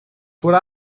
what